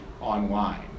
online